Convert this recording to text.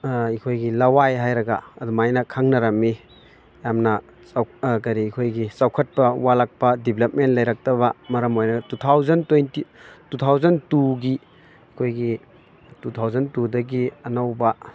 ꯑꯩꯈꯣꯏꯒꯤ ꯂꯋꯥꯏ ꯍꯥꯏꯔꯒ ꯑꯗꯨꯃꯥꯏꯅ ꯈꯪꯅꯔꯝꯃꯤ ꯌꯥꯝꯅ ꯀꯔꯤ ꯑꯩꯈꯣꯏꯒꯤ ꯆꯥꯎꯈꯠꯄ ꯋꯥꯠꯂꯛꯄ ꯗꯤꯕꯂꯞꯃꯦꯟ ꯂꯩꯔꯛꯇꯕ ꯃꯔꯝ ꯑꯣꯏꯔ two thousand twenty two thousand ꯇꯨꯒꯤ ꯑꯩꯈꯣꯏꯒꯤ ꯇꯨ ꯊꯥꯎꯖꯟ ꯇꯨꯗꯒꯤ ꯑꯅꯧꯕ